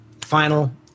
Final